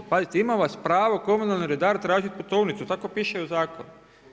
Pazite ima vas pravo komunalni redar tražiti putovnicu, tako piše i u zakonu.